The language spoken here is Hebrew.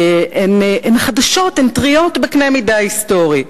הן חדשות, הן טריות בקנה מידה היסטורי.